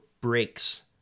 breaks